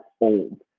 old